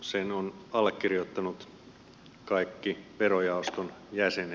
sen ovat allekirjoittaneet kaikki verojaoston jäsenet